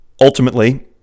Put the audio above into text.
ultimately